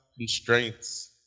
constraints